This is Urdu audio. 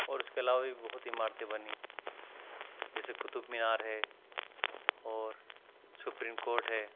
اور اس کے علاوہ بھی بہت عمارتیں بنی جیسے قطب مینار ہے اور سپریم کورٹ ہے